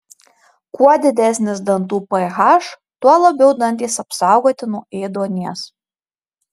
kuo didesnis dantų ph tuo labiau dantys apsaugoti nuo ėduonies